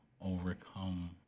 overcome